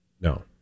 No